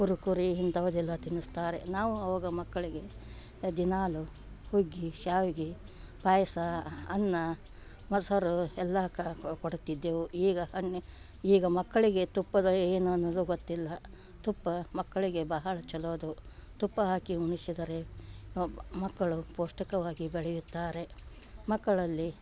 ಕುರುಕುರಿ ಇಂಥದೆಲ್ಲ ತಿನ್ನಿಸ್ತಾರೆ ನಾವು ಅವಾಗ ಮಕ್ಕಳಿಗೆ ದಿನಾಲು ಹುಗ್ಗಿ ಶಾವಿಗೆ ಪಾಯಸ ಅನ್ನ ಮೊಸರು ಎಲ್ಲ ಕ ಕೊಡ್ತಿದ್ದೆವು ಈಗ ಅನ್ನಿ ಈಗ ಮಕ್ಕಳಿಗೆ ತುಪ್ಪದ ಏನು ಅನ್ನುವುದು ಗೊತ್ತಿಲ್ಲ ತುಪ್ಪ ಮಕ್ಕಳಿಗೆ ಬಹಳ ಚಲೋ ಅದು ತುಪ್ಪ ಹಾಕಿ ಉಣ್ಣಿಸಿದರೆ ಮಕ್ಕಳು ಪೌಷ್ಟಿಕವಾಗಿ ಬೆಳೆಯುತ್ತಾರೆ ಮಕ್ಕಳಲ್ಲಿ